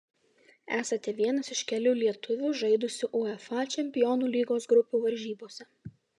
esate vienas iš kelių lietuvių žaidusių uefa čempionų lygos grupių varžybose